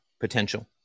potential